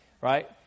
Right